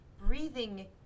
breathing